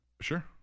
Sure